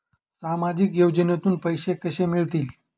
सामाजिक योजनेतून पैसे कसे मिळतील?